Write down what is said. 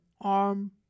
arm